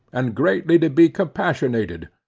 and greatly to be compassionated,